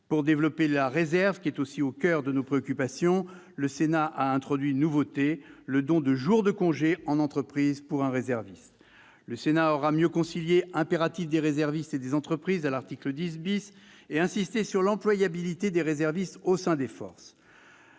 Pour développer la réserve, qui est au coeur de nos préoccupations, le Sénat a introduit une nouveauté : le don de jours de congé, en entreprise, pour un réserviste. Le Sénat aura mieux concilié les impératifs des réservistes et des entreprises, à l'article 10, et insisté sur l'employabilité des réservistes au sein des forces.